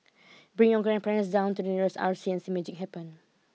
bring your grandparents down to the nearest R C and see magic happen